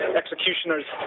executioner's